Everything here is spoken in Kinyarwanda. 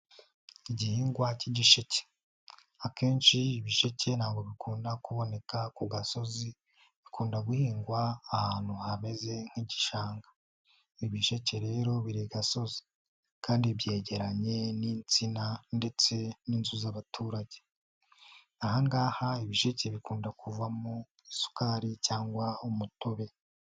Igihingwa k'igisheke, akenshi ibisheke ntabwo bikunda kuboneka ku gasozi bikunda guhingwa ahantu hameze nk'igishanga, ibi bisheke rero biri igasozi kandi byegeranye n'insina ndetse n'inzu z'abaturage, aha ngaha ibisheke bikunda kuvamo isukari cyangwa umutobe.